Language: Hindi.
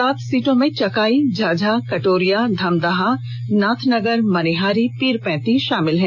सात सीटों में चकाई झाझा कटोरिया धमदाहा नाथनगर मनिहारी पीरपेंती शामिल है